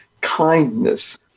kindness